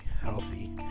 healthy